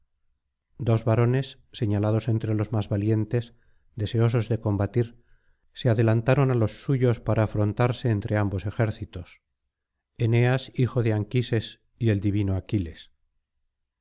dos varones señalados entre los más valientes deseosos de combatir se adelantaron á los suyos para afrontarse entre ambos ejércitos eneas hijo de anquises y el divino aquiles